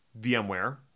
VMware